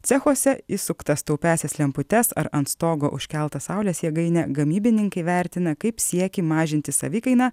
cechuose išsuktas taupiąsias lemputes ar ant stogo užkeltą saulės jėgainę gamybininkai vertina kaip siekį mažinti savikainą